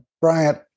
Bryant